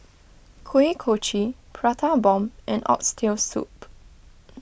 Kuih Kochi Prata and Bomb and Oxtail Soup